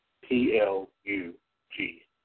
P-L-U-G